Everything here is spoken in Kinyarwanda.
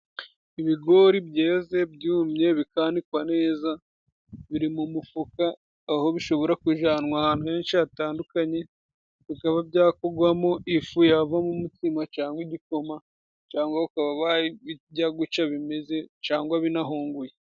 Ibigori byeze byumye bikanikwa neza, biri mu umufuka aho bishobora kujyananwa ahantu henshi hatandukanye, bikaba byakugwamo ifu yavamo umutsima cangwa igikoma cangwa ukaba wajya guca bimeze cangwa binahunguye.